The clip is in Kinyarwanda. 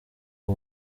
w’u